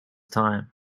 time